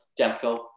Demko